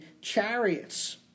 chariots